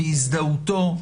בהזדהותו,